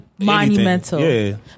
monumental